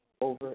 over